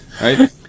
Right